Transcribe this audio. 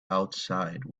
outside